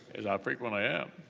as i frequently yeah